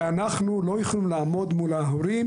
ואנחנו לא יכולים לעמוד מול ההורים,